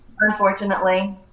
unfortunately